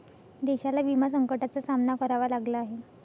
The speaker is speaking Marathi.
देशाला विमा संकटाचा सामना करावा लागला आहे